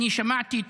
אני שמעתי,